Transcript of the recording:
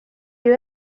you